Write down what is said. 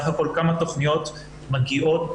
כמה תכניות מגיעות,